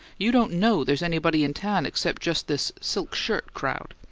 you don't know there's anybody in town except just this silk-shirt crowd.